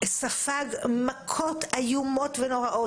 ספג מכות איומות ונוראיות.